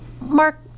Mark